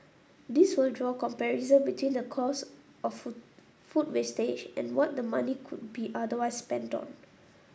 these will draw comparison between the cost of food wastage and what the money could be otherwise spent on